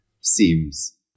seems